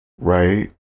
right